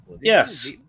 Yes